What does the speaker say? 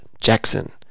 Jackson